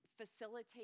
facilitate